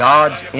God's